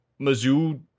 Mizzou